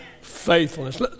faithfulness